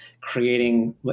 creating